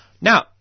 Now